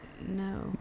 No